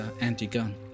anti-gun